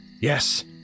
yes